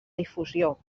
difusió